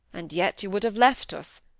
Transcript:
and yet you would have left us,